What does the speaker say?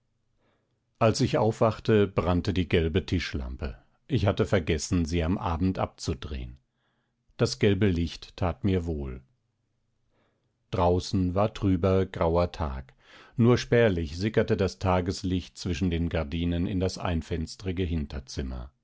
als ich aufwachte brannte die gelbe tischlampe ich hatte vergessen sie am abend abzudrehen das gelbe licht tat mir wohl draußen war trüber grauer tag nur spärlich sickerte das tageslicht zwischen den gardinen in das einfenstrige hinterzimmer